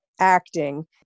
acting